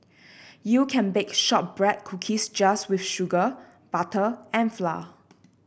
you can bake shortbread cookies just with sugar butter and flour